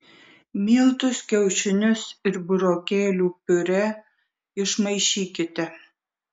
miltus kiaušinius ir burokėlių piurė išmaišykite